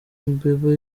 mbeba